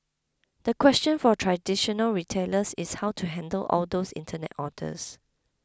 the question for traditional retailers is how to handle all those internet orders